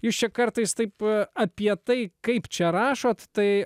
jūs čia kartais taip apie tai kaip čia rašot tai